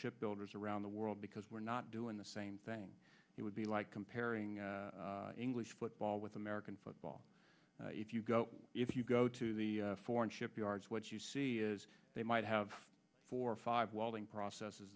ship builders around the world because we're not doing the same thing it would be like comparing english football with american football if you go if you go to the foreign shipyards what you see is they might have four or five welding process